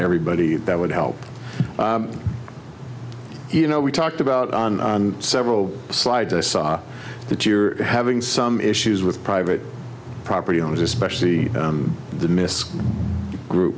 everybody that would help you know we talked about on several slides that you're having some issues with private property owners especially the group